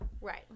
Right